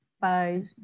Bye